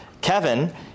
Kevin